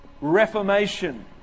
reformation